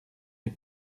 des